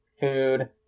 food